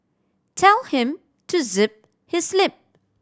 tell him to zip his lip